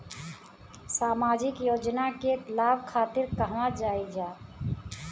सामाजिक योजना के लाभ खातिर कहवा जाई जा?